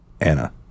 Anna